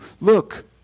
Look